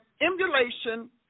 emulation